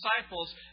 disciples